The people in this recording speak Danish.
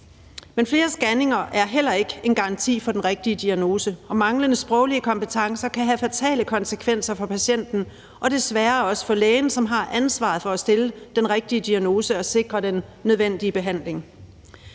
Men flere scanninger er heller ikke en garanti for den rigtige diagnose, og manglende sproglige kompetencer kan have fatale konsekvenser for patienten og desværre også for lægen, som har ansvaret for at stille den rigtige diagnose og sikre den nødvendige behandling.